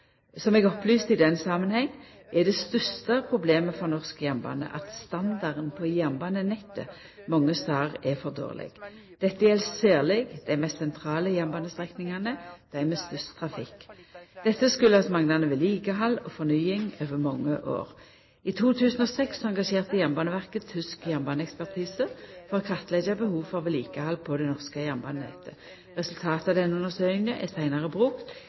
Som eg opplyste i den samanhengen, er det største problemet for norsk jernbane at standarden på jernbanenettet mange stader er for dårleg. Dette gjeld særleg dei mest sentrale jernbanestrekningane, dei med størst trafikk. Dette har si årsak i manglande vedlikehald og fornying over mange år. I 2006 engasjerte Jernbaneverket tysk jernbaneekspertise for å kartleggja behovet for vedlikehald på det norske jernbanenettet. Resultatet av denne undersøkinga er seinare brukt